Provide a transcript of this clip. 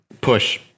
push